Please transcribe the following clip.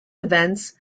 events